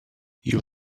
you